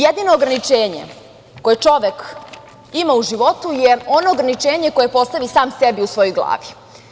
Jedino ograničenje koje čovek ima u životu je ono ograničenje koje postavi sam sebi u svojoj glavi.